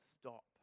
Stop